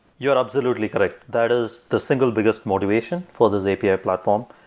you're absolutely correct. that is the single biggest motivation for this api platform,